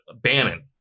Bannon